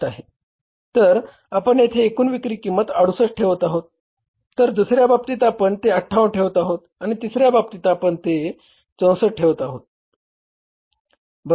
तर आपण येथे एकूण विक्री किंमत 68 ठेवत आहोत तर दुसर्या बाबतीत आपण ते 58 ठेवत आहोत आणि तिसर्या बाबतीत आपण ते 64 ठेवत आहोत बरोबर